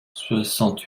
soixante